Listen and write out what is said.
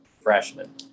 freshman